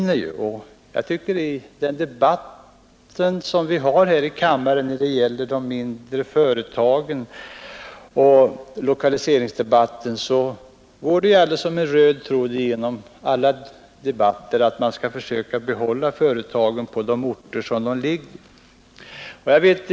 Det går som en röd tråd genom de debatter som vi för i denna kammare om de mindre företagen och om lokaliseringsfrågorna att det är angeläget att försöka behålla företagen på de orter där de ligger.